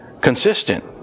consistent